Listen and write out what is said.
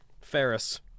Ferris